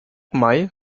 mai